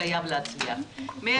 --- חייבים להשמע להוראות.